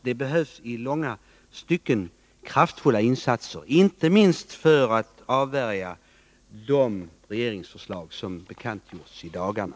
Det behövs i långa stycken kraftfulla insatser, inte minst för att avvärja de regeringsförslag som bekantgjorts i dagarna.